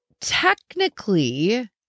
technically